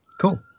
Cool